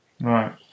Right